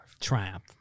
Triumph